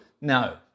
No